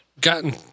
gotten